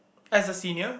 as a senior